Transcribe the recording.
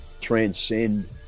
transcend